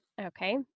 Okay